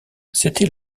c’était